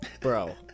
bro